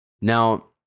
Now